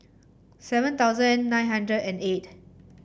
seven thousand nine hundred and eight